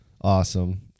awesome